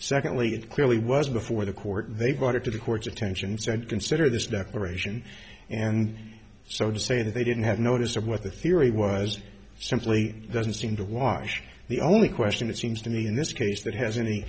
secondly it clearly was before the court they brought it to the court's attention and said consider this declaration and so to say that they didn't have notice of what the theory was simply doesn't seem to wash the only question that seems to be in this case that has any